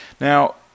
Now